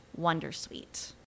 wondersuite